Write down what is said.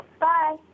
Bye